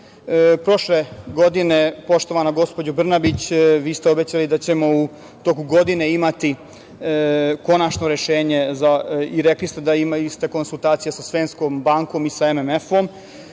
Prošle godine, poštovana gospođo Brnabić, vi ste obećali da ćemo u toku godine imati konačno rešenje i rekli ste da ste imali konsultacije sa Svetskom bankom i MMF.